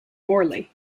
morley